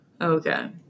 Okay